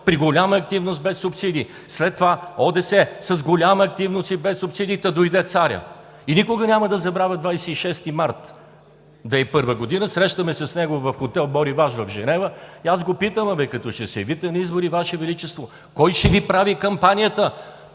при голяма активност, без субсидии! След това ОДС – с голяма активност и без субсидии! Та дойде Царят. Никога няма да забравя 26 март 2001 г. Срещаме се с него в хотел „Бориваж“ в Женева и аз го питам: „Като ще се явите на избори, Ваше Величество, кой ще Ви прави кампанията?“